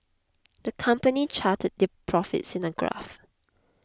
the company charted their profits in a graph